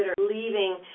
leaving